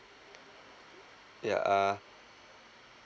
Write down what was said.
yeah uh